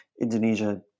Indonesia